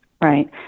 Right